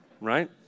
right